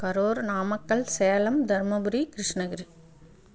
Karur Namakkal Salem Dharmapuri Krishnagiri